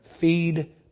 Feed